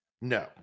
No